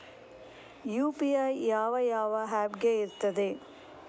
UPI ಯಾವ ಯಾವ app ಗೆ ಇರ್ತದೆ?